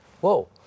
Whoa